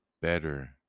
better